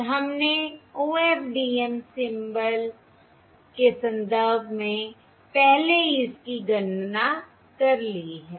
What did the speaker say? और हमने OFDM symbol के संदर्भ में पहले ही इसकी गणना कर ली है